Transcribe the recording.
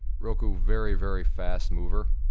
roku. very, very fast mover.